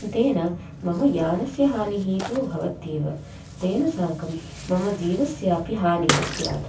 तेन मम यानस्य हानिः तु भवत्येव तेन साकं मम जीवस्यापि हानिः स्यात्